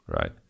Right